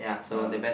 oh